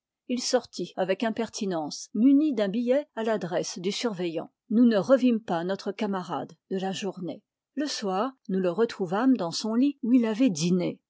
il sortit avec impertinence muni d'un billet à l'adresse du surveillant nous ne revîmes pas notre camarade de la journée le soir nous le retrouvâmes dans son lit où il avait dîné